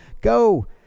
go